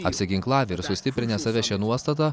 apsiginklavę ir sustiprinę save šia nuostata